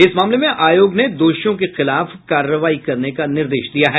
इस मामले में आयोग ने दोषियों के खिलाफ कार्रवाई करने का निर्देश दिया है